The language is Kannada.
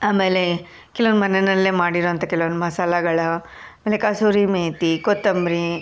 ಆಮೇಲೆ ಕೆಲವು ಮನೆಯಲ್ಲೇ ಮಾಡಿರುವಂಥ ಕೆಲವೊಂದು ಮಸಾಲೆಗಳು ಆಮೇಲೆ ಕಸೂರಿ ಮೇಥಿ ಕೊತ್ತಂಬರಿ